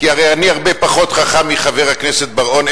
כי הרי אני הרבה פחות חכם מחבר הכנסת בר-און.